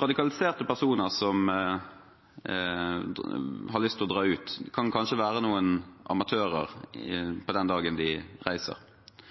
Radikaliserte personer som har lyst til å dra ut, kan kanskje være noen amatører på den dagen de reiser,